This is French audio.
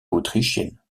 autrichiennes